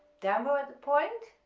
down bow at the point,